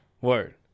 Word